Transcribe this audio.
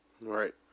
Right